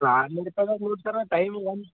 ಆರ್ನೂರು ರೂಪಾಯ್ಗೆ ನೋಡ್ತರೆ ಟೈಮಿಗ